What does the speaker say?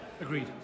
Agreed